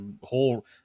whole